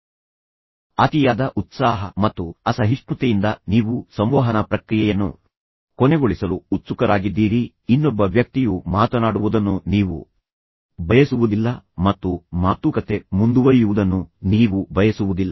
ಆದ್ದರಿಂದ ಇಡೀ ಪ್ರಕ್ರಿಯೆಯಲ್ಲಿ ನೀವು ಅತಿಯಾದ ಉತ್ಸಾಹ ಮತ್ತು ಅಸಹಿಷ್ಣುತೆಯಿಂದ ನೀವು ಸಂವಹನ ಪ್ರಕ್ರಿಯೆಯನ್ನು ಕೊನೆಗೊಳಿಸಲು ಉತ್ಸುಕರಾಗಿದ್ದೀರಿ ಇನ್ನೊಬ್ಬ ವ್ಯಕ್ತಿಯು ಮಾತನಾಡುವುದನ್ನು ನೀವು ಬಯಸುವುದಿಲ್ಲ ಮತ್ತು ಮಾತುಕತೆ ಮುಂದುವರಿಯುವುದನ್ನು ನೀವು ಬಯಸುವುದಿಲ್ಲ